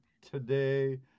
today